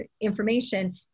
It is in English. information